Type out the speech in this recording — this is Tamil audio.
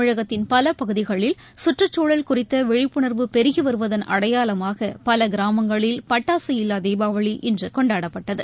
தமிழகத்தின் பலபகுதிகளில் சுற்றுச்சூழல் குறித்தவிழிப்புணர்வு பெருகிவருவதன் அடையாளமாகபலகிராமங்களில் பட்டாசு இல்லாதீபாவளி இன்றுகொண்டாடப்பட்டது